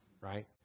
Right